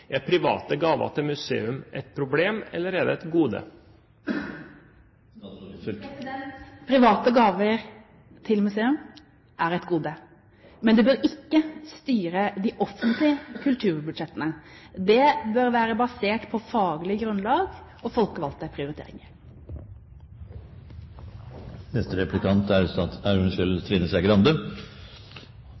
Er private gaver til museum et problem, eller er det et gode? Private gaver til museum er et gode, men det bør ikke styre de offentlige kulturbudsjettene. Det bør være basert på faglig grunnlag og folkevalgte prioriteringer. Jeg merker meg at regjeringa syns det er